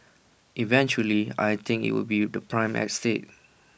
eventually I think IT will be the prime estate